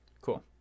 Cool